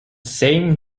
same